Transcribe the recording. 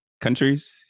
countries